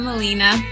Melina